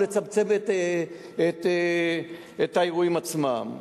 או לצמצם את האירועים עצמם.